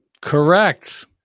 Correct